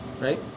right